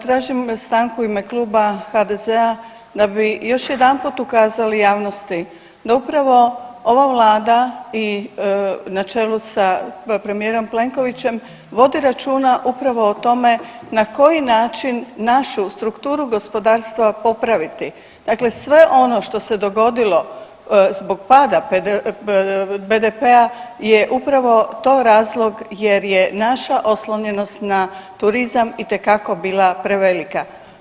Tražim stanku u ime Kluba HDZ-a da bi još jedanput ukazali javnosti da upravo ova vlada i na čelu sa premijerom Plenkovićem vodi računa upravo o tome na koji način našu strukturu gospodarstva popraviti, dakle sve ono što se dogodilo zbog pada BDP-a je upravo to razlog jer je naša oslonjenost na turizam itekako bila prevelika.